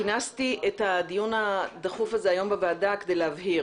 כינסתי את הדיון הדחוף הזה היום בוועדה כדי להבהיר